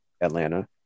atlanta